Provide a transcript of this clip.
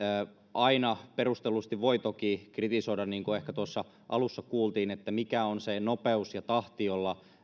aina perustellusti voi toki kritisoida niin kuin ehkä tuossa alussa kuultiin että mikä on se nopeus ja tahti jolla